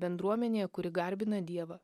bendruomenėje kuri garbina dievą